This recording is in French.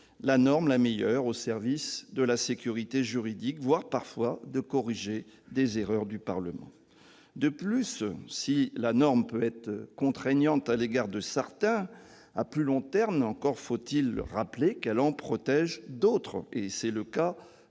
la norme la meilleure au service de la sécurité juridique, voire, parfois, de corriger des erreurs du Parlement. De plus, si la norme peut être contraignante à l'égard de certains, il faut rappeler que, à plus long terme, elle en protège d'autres : c'est le cas